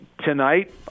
tonight